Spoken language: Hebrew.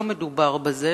לא מדובר בזה,